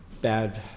bad